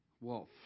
Wolf